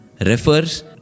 refers